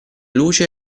luce